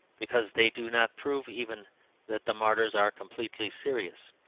because they do not prove even that the martyrs are completely serious.